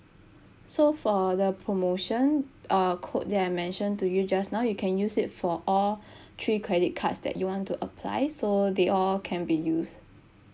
so for the promotion uh code that I mentioned to you just now you can use it for all three credit cards that you want to apply so they all can be used